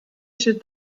should